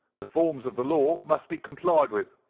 the forms of the law must be complied with.